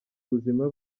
buzima